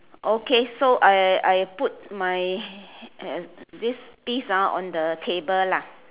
okay so I I put my this piece ah on the table lah